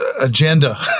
agenda